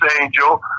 angel